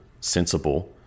sensible